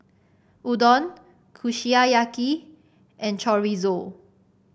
Udon Kushiyaki and Chorizo